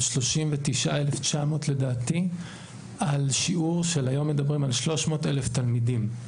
39,900 לדעתי על שיעור של היום מדברים על 300,000 תלמידים.